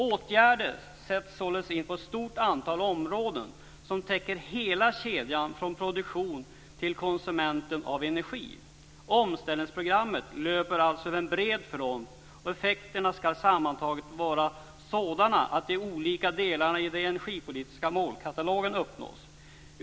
Åtgärder sätts således in på ett stort antal områden som täcker hela kedjan från produktion till konsumenten av energi. Omställningsprogrammet löper alltså över en bred front, och effekterna ska sammantaget vara sådana att de olika delarna i den energipolitiska målkatalogen uppnås.